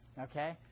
okay